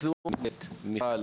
אבקש מחברת הכנסת מיכל